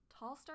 Tallstar